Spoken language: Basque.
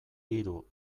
hiru